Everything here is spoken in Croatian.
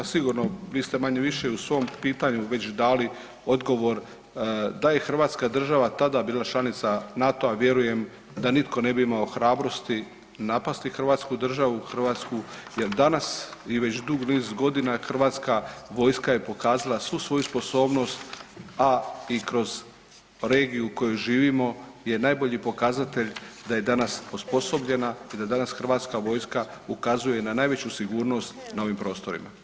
Sigurno, vi ste manje-više u svom pitanju već dali odgovor, da je Hrvatska država bila tada članica NATO-a vjerujem da nitko ne bi imao hrabrosti napasti Hrvatsku državu Hrvatsku jer danas i već dugi niz godina hrvatska vojska je pokazala svu svoju sposobnost, a i kroz regiju u kojoj živimo je najbolji pokazatelj da je danas osposobljena i da danas hrvatska vojska ukazuje na najveću sigurnost na ovim prostorima.